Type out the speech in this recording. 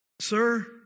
Sir